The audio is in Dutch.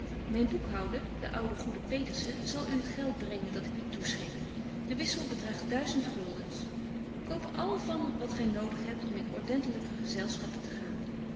myn boekhouder de oude goede peterszen zal u het geld brengen dat ik u toeschik de wissel bedraagt duizend guldens koop er al van wat gy nodig hebt om in ordentelyke gezelschappen te gaan